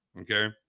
Okay